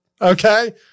Okay